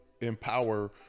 empower